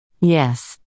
Yes